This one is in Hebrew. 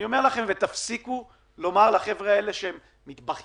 אומר לכם, תפסיקו לומר לחבר'ה האלה שהם מתבכיינים,